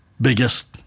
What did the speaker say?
biggest